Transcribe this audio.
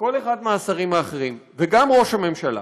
וכל אחד מהשרים האחרים, וגם ראש הממשלה,